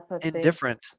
Indifferent